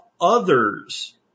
others